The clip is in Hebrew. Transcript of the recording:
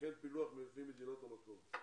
ופילוח לפי מדינות המקור.